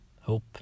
Hope